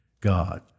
God